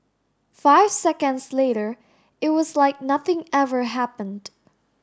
five seconds later it was like nothing ever happened